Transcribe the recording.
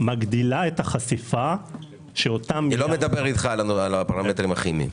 מגדילה את החשיפה- -- אני לא מדבר על הפרמטרים הכימיים.